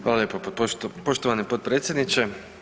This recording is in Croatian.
Hvala lijepo poštovani potpredsjedniče.